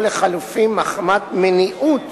או לחלופין מחמת מניעות